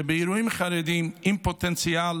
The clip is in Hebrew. שבאירועים חרדיים עם פוטנציאל